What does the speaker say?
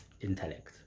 intellect